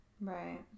Right